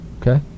Okay